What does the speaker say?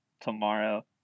tomorrow